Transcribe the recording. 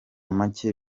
make